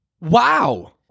Wow